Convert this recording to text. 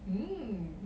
mm